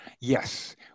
Yes